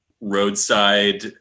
roadside